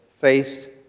faced